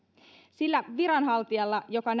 sillä viranhaltijalla joka